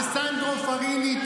אלסנדרו פאריני,